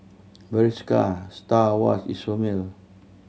Bershka Star Awards Isomil